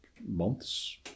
months